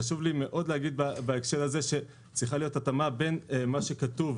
חשוב לי מאוד להגיד בהקשר הזה שצריכה להיות התאמה בין מה שכתוב,